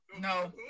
no